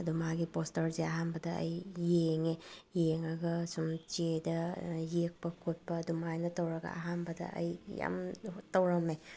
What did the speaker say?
ꯑꯗꯣ ꯃꯥꯒꯤ ꯄꯣꯁꯇ꯭ꯔꯁꯦ ꯑꯍꯥꯟꯕꯗ ꯑꯩ ꯌꯦꯡꯉꯦ ꯌꯦꯡꯉꯒ ꯁꯨꯝ ꯆꯦꯗ ꯌꯦꯛꯄ ꯈꯣꯠꯄ ꯑꯗꯨꯃꯥꯏꯅ ꯇꯧꯔꯒ ꯑꯍꯥꯟꯕꯗ ꯑꯩ ꯌꯥꯝ ꯇꯧꯔꯝꯃꯦ